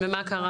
ומה קרה